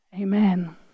Amen